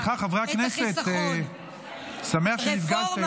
סליחה, חברי הכנסת, אני שמח שנפגשתם.